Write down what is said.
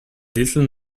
little